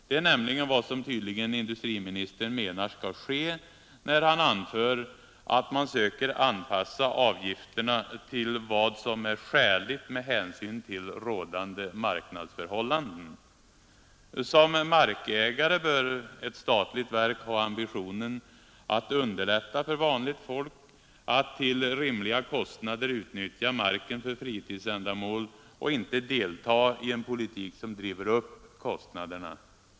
Det är nämligen vad som tydligen industriministern menar skall ske, när han anför att man söker anpassa avgifterna till vad som är skäligt med hänsyn till rådande marknadsförhållanden. Som markägare bör ett statligt verk ha ambitionen att underlätta för vanligt folk att till rimliga kostnader utnyttja marken för fritidsändamål och inte delta i en politik som driver upp kostnaderna.